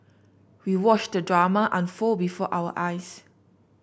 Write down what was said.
we watched the drama unfold before our eyes